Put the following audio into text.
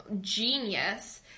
genius